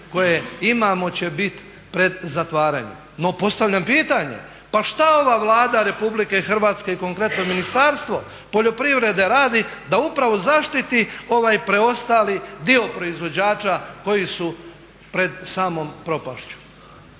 koje imamo će biti pred zatvaranje. No postavljam pitanje pa šta ova Vlada Republike Hrvatske i konkretno Ministarstvo poljoprivrede radi da upravo zaštiti ovaj preostali dio proizvođača koji su pred samom propašću.